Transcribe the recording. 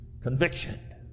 conviction